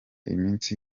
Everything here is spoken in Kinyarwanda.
iminsi